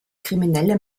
kriminelle